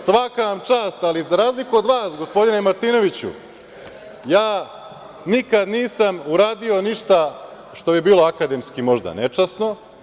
Svaka vam čast, ali za razliku od vas, gospodine Martinoviću, ja nikad nisam uradio ništa što bi bilo akademski možda nečasno.